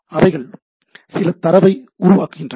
அவைகள் சில தரவை உருவாக்குகின்றன